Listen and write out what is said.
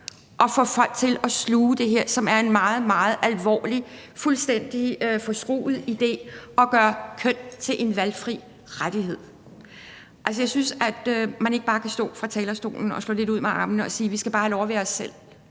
at få folk til at sluge det her, som er en meget, meget alvorlig og fuldstændig forskruet idé, nemlig at gøre køn til en valgfri rettighed. Jeg synes, at man ikke bare kan stå på talerstolen og slå lidt ud med armene og sige, at vi skal bare have lov at være os selv.